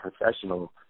professional